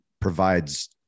provides